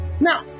Now